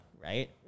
right